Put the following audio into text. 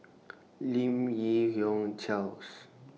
Lim Yi Yong Charles